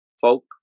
folk